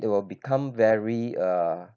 they will become very uh